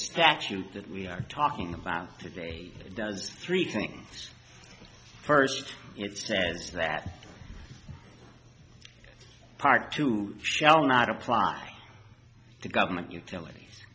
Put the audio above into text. statute that we are talking about today does three things first its status that part two shall not apply to government utilities